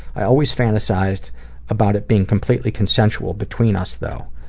i always fantasize about it being completely consensual between us though.